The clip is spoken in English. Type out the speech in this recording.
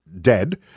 dead